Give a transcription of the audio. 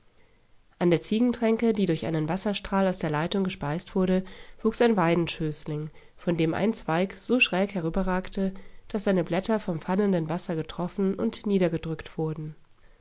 an der ziegentränke die durch einen wasserstrahl aus der leitung gespeist wurde wuchs ein weidenschößling von dem ein zweig so schräg herüberragte daß seine blätter vom fallenden wasser getroffen und niedergedrückt wurden